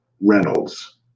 Reynolds